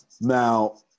now